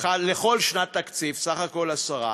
לכל שנת תקציב, בסך הכול 10,